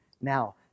now